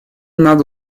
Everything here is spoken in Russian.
надо